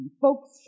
Folks